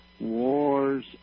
wars